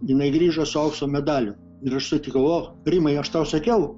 jinai grįžo su aukso medaliu ir aš sutikau o rimai aš tau sakiau